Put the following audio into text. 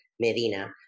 Medina